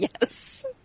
Yes